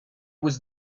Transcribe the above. was